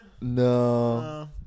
No